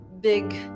big